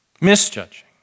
Misjudging